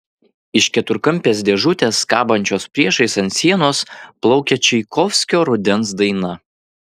iš keturkampės dėžutės kabančios priešais ant sienos plaukė čaikovskio rudens daina